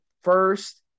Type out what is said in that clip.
first